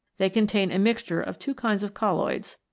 they contain a mixture of two kinds of colloids,